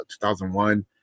2001